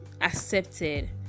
accepted